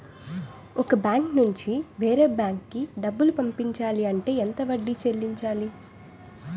ఒక బ్యాంక్ నుంచి వేరే బ్యాంక్ కి డబ్బులు పంపించాలి అంటే ఎంత వడ్డీ చెల్లించాలి?